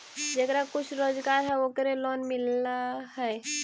जेकरा कुछ रोजगार है ओकरे लोन मिल है?